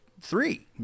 three